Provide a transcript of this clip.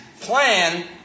plan